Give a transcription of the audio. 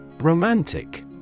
Romantic